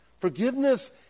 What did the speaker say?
Forgiveness